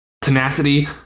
tenacity